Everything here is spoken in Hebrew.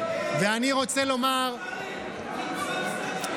אתה קיצצת, השר קרעי, קיצצת את הכסף הזה בתקציב?